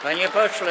Panie pośle.